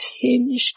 tinged